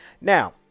Now